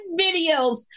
videos